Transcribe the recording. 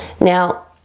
Now